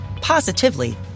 positively